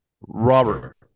robert